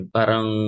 parang